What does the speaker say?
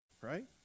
right